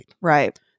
Right